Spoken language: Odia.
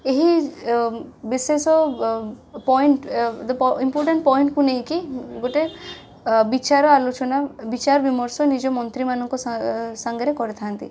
ଏହି ଅ ବିଶେଷ ଅ ପଏଣ୍ଟ ଅ ଇମ୍ପୋଟାଣ୍ଟ ପଏଣ୍ଟକୁ ନେଇକି ଗୋଟେ ଅ ବିଚାର ଆଲୋଚନା ବିଚାର ବିମର୍ଶ ନିଜ ମନ୍ତ୍ରୀମାନଙ୍କ ସାଙ୍ଗରେ କରିଥାନ୍ତି